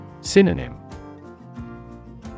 Synonym